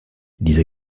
diese